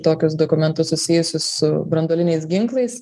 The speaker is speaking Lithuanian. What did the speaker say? tokius dokumentus susijusius su branduoliniais ginklais